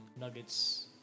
Nuggets